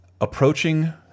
approaching